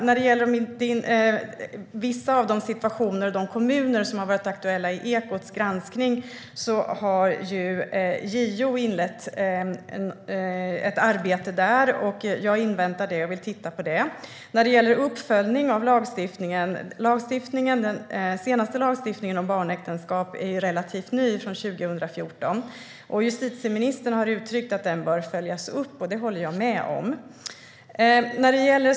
När det gäller de kommuner som varit aktuella i Ekots granskning har JO inlett ett arbete. Jag inväntar det och vill titta på det. Den senaste lagstiftningen om barnäktenskap är relativt ny, från 2014. Justitieministern har uttryckt att den bör följas upp, och det håller jag med om.